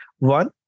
One